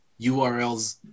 URLs